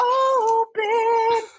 open